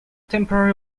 temporary